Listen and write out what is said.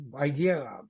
idea